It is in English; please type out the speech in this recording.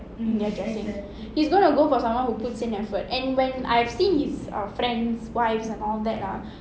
he's gonna go for someone who puts in effort and when I've seen his um friends' wives and all that ah